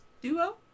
Duo